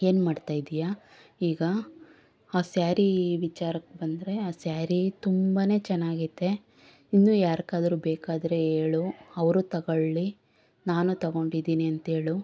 ಏನು ಮಾಡ್ತಾಯಿದ್ದೀಯಾ ಈಗ ಆ ಸ್ಯಾರಿ ವಿಚಾರಕ್ಕೆ ಬಂದರೆ ಆ ಸ್ಯಾರಿ ತುಂಬನೇ ಚೆನ್ನಾಗೈತೆ ಇನ್ನೂ ಯಾರಿಗಾದ್ರು ಬೇಕಾದರೆ ಹೇಳು ಅವರು ತಗೊಳ್ಳಿ ನಾನು ತಗೊಂಡಿದ್ದೀನಿ ಅಂತ ಹೇಳು